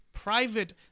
Private